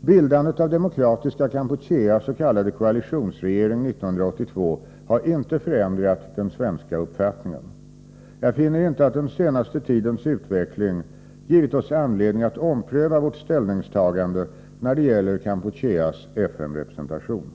Bildandet av Demokratiska Kampucheas s.k. koalitionsregering 1982 har inte förändrat den svenska uppfattningen. Jag finner inte att den senaste tidens utveckling givit oss anledning att ompröva vårt ställningstagande när det gäller Kampucheas FN-representation.